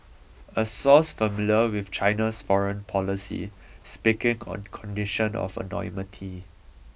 a source familiar with China's foreign policy speaking on condition of anonymity